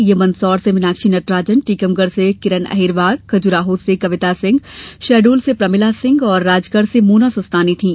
ये मंदसौर से मीनाक्षी नटराजन टीकमगढ़ से किरण अहिरवार खजुराहो से कविता सिंह शहडोल से प्रमिला सिंह और राजगढ़ से मोना सुस्तानी थीं